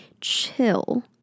chill